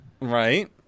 Right